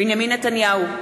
בנימין נתניהו,